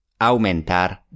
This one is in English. Aumentar